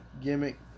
gimmick